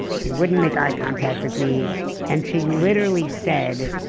she wouldn't make eye contact with me and she literally said,